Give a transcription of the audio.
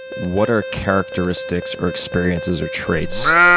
what are characteristics or experiences or traits?